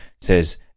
says